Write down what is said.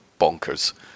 bonkers